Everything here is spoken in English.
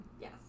Yes